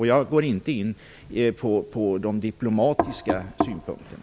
Jag går inte in på de diplomatiska synpunkterna.